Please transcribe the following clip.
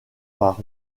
par